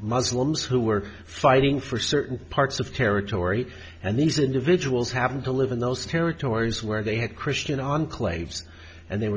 muslims who were fighting for certain parts of territory and these individuals having to live in those territories where they had christian enclaves and they were